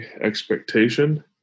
expectation